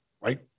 right